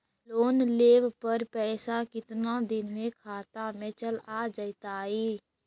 Loan लेब पर पैसा कितना दिन में खाता में चल आ जैताई?